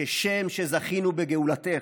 כשם שזכינו בגאולתך,